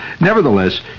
nevertheless